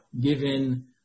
given